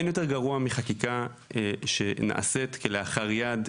אין יותר גרוע מחקיקה שנעשית כלאחר יד.